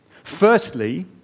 Firstly